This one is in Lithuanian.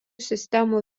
sistemų